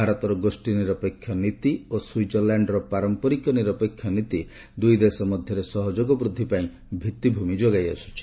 ଭାରତର ଗୋଷ୍ଠୀ ନିରପେକ୍ଷ ନୀତି ଓ ସୁଇଜରଲାଣ୍ଡର ପାରମ୍ପରିକ ନିରପେକ୍ଷ ନୀତି ଦୁଇଦେଶ ମଧ୍ୟରେ ସହଯୋଗ ବୃଦ୍ଧି ପାଇଁ ଭିତ୍ତିଭୂମି ଯୋଗାଇ ଆସୁଛି